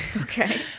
Okay